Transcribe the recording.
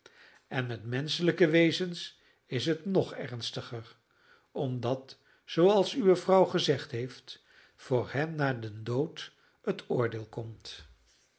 en met menschelijke wezens is het nog ernstiger omdat zooals uwe vrouw gezegd heeft voor hen na den dood het oordeel komt